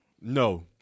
No